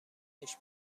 بهش